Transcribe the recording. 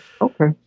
Okay